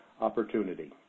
opportunity